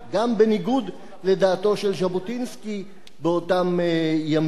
גם בניגוד לדעתו של ז'בוטינסקי באותם ימים.